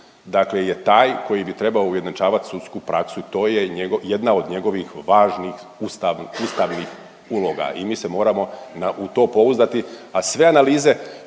dakle je taj koji bi trebao ujednačavat sudsku praksu, to je jedna od njegovih važnih, ustavnih, ustavnih uloga i mi se moramo u to pouzdati,